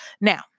Now